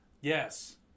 Yes